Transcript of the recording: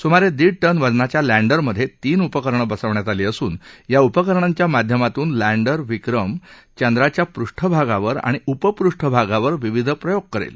सुमारे दीड टन वजनाच्या लँडरमध्ये तीन उपकरणं बसवण्यात आली असून या उपकरणांच्या माध्यमातून लॅण्डर विक्रम चंद्राच्या पृष्ठभागावर आणि उपपृष्ठभागावर विविध प्रयोग करेल